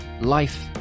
life